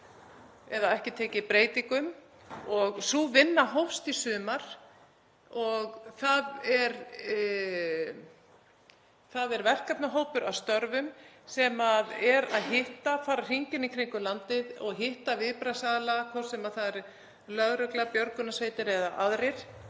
hafa ekki tekið breytingum síðan 2008. Sú vinna hófst í sumar og það er verkefnahópur að störfum sem er að fara hringinn í kringum landið og hitta viðbragðsaðila, hvort sem það er lögregla, björgunarsveitir eða aðrir,